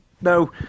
no